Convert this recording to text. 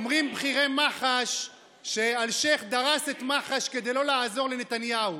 אומרים בכירי מח"ש שאלשיך דרס את מח"ש כדי לא לעזור לנתניהו.